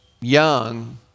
young